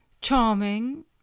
charming